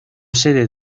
sede